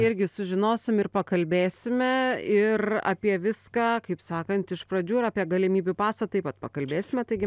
irgi sužinosim ir pakalbėsime ir apie viską kaip sakant iš pradžių ir apie galimybių pasą taip pat pakalbėsime taigi